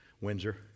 Windsor